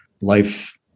life